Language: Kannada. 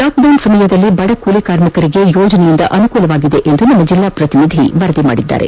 ಲಾಕ್ ಡೌನ್ ಸಮಯದಲ್ಲಿ ಬಡ ಕೂಲಿಕಾರ್ಮಿಕರಿಗೆ ಯೋಜನೆಯಿಂದ ಅನುಕೂಲವಾಗಿದೆಯೆಂದು ನಮ್ಮ ಜಿಲ್ಲಾ ಪ್ರತಿನಿಧಿ ವರದಿ ಮಾಡಿದ್ದಾರೆ